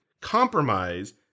compromise